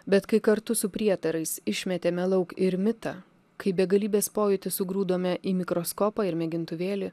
bet kai kartu su prietarais išmetėme lauk ir mitą kai begalybės pojūtį sugrūdome į mikroskopą ir mėgintuvėlį